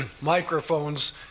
microphones